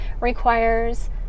requires